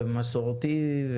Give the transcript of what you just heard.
ומסורתי,